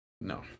no